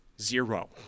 Zero